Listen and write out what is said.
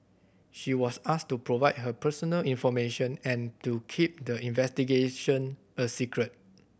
she was asked to provide her personal information and to keep the investigation a secret